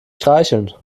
streicheln